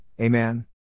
Amen